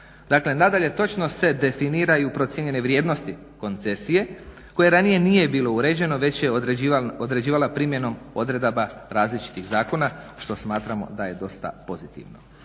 Dakle, nadalje točno se definiraju procijenjene vrijednosti koncesije koje ranije nije bili uređeno već je određivala primjenom odredaba različitih zakona što smatramo da je dosta pozitivno.